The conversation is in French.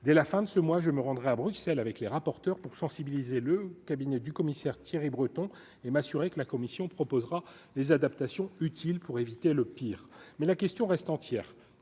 dès la fin de ce mois, je me rendrai à Bruxelles avec les rapporteurs pour sensibiliser le cabinet du commissaire Thierry Breton et m'assurer que la commission proposera les adaptations utiles pour éviter le pire, mais la question reste entière